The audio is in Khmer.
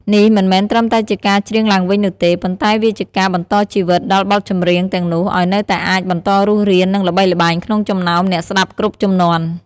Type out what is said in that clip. នេះមិនមែនត្រឹមតែជាការច្រៀងឡើងវិញនោះទេ ប៉ុន្តែវាជាការ បន្តជីវិត ដល់បទចម្រៀងទាំងនោះ ឲ្យនៅតែអាចបន្តរស់រាន និងល្បីល្បាញក្នុងចំណោមអ្នកស្តាប់គ្រប់ជំនាន់។